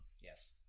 Yes